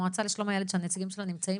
המועצה לשלום הילד שהנציגים שלה נמצאים